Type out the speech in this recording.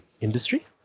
industry